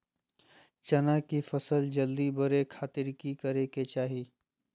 चना की फसल जल्दी बड़े खातिर की करे के चाही?